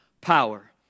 power